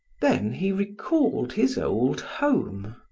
then he recalled his old home,